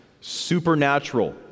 supernatural